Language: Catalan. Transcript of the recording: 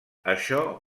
això